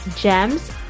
GEMS